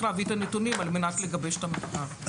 להביא את הנתונים על מנת לגבש את המחקר.